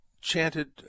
chanted